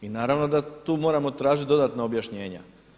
I naravno da tu moramo tražiti dodatna objašnjenja.